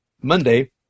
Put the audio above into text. Monday